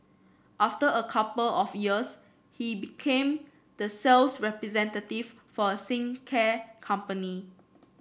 after a couple of years he became the sales representative for a company